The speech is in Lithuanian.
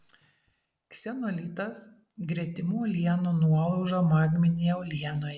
ksenolitas gretimų uolienų nuolauža magminėje uolienoje